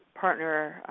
partner